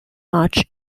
much